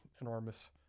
enormous